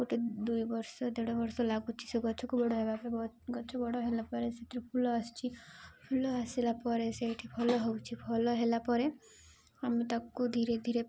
ଗୋଟେ ଦୁଇ ବର୍ଷ ଦେଢ଼ ବର୍ଷ ଲାଗୁଛି ସେ ଗଛକୁ ବଡ଼ ହେବା ଗଛ ବଡ଼ ହେଲା ପରେ ସେଥିରେ ଫୁଲ ଆସୁଛି ଫୁଲ ଆସିଲା ପରେ ସେଇଠି ଫଲ ହେଉଛି ଭଲ ହେଲା ପରେ ଆମେ ତାକୁ ଧୀରେ ଧୀରେ